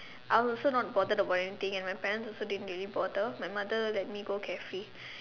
I also not bothered about anything and my parents also didn't really bother my mother let me go carefree